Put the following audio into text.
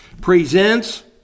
presents